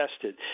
tested